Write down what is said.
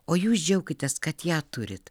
o jūs džiaukitės kad ją turit